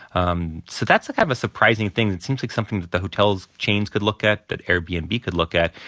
um so that's a kind of a surprising thing that seems like something that the hotel chains could look at, that airbnb could look at,